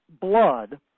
blood